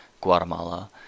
Guatemala